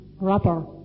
rubber